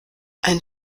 ein